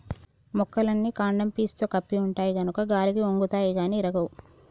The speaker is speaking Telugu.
మొక్కలన్నీ కాండం పీసుతో కప్పి ఉంటాయి గనుక గాలికి ఒన్గుతాయి గాని ఇరగవు